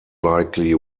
likely